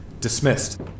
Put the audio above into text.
Dismissed